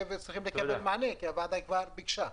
וצריך לקדם מענה כי הוועדה כבר ביקשה זאת.